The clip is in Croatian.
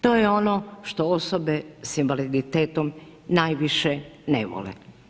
To je ono što osobe sa invaliditetom najviše ne vole.